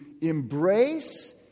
embrace